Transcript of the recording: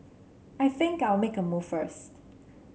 I think I'll make a move first